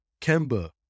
Kemba